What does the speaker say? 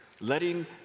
letting